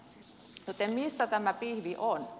joten missä tämä pihvi on